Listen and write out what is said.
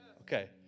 Okay